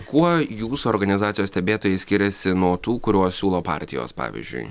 kuo jūsų organizacijos stebėtojai skiriasi nuo tų kuriuos siūlo partijos pavyzdžiui